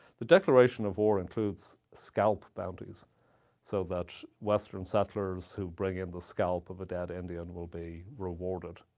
the declaration of war includes scalp bounties so that western settlers who bring in the scalp of a dead indian will be rewarded.